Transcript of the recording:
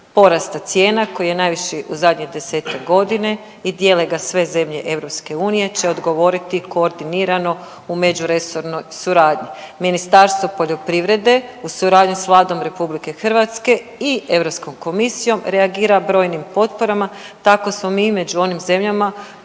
porasta cijena koji je najviši u zadnji 10-tak godina i dijele ga sve zemlje EU će odgovoriti koordinirano u međuresornoj suradnji. Ministarstvo poljoprivrede uz suradnju s Vladom RH i Europskom komisijom reagira brojnim potporama, tako smo mi među onim zemljama